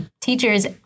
teacher's